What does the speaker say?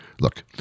Look